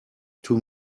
too